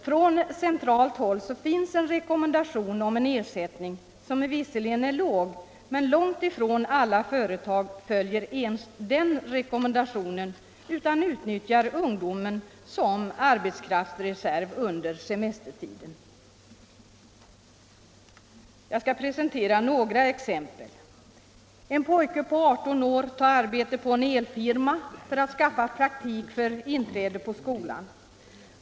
Från centralt håll finns en rekommendation om en — visserligen låg — ersättning, men långt ifrån alla företag följer ens den rekommendationen, utan utnyttjar ungdomar som arbetskraftsreserv under semestertiden. Jag skall presentera några exempel. En pojke på 18 år tog arbete på en elfirma för att skaffa praktik för inträde på skolan.